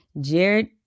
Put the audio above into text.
Jared